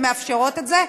שמאפשרות את זה,